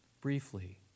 Briefly